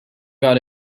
got